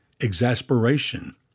exasperation